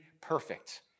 perfect